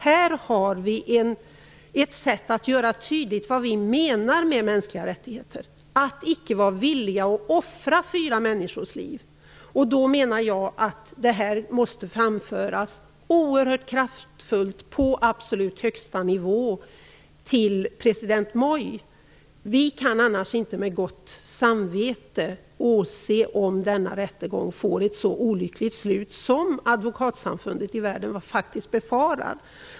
Här har vi ett sätt att göra tydligt vad vi menar med mänskliga rättigheter, att vi inte är villiga att offra fyra människors liv. Jag menar att detta måste framföras oerhört kraftfullt på absolut högsta nivå, till president Moi. Vi kan inte med gott samvete åse att denna rättegång får ett så olyckligt slut som advokatsamfund ute i världen faktiskt befarar.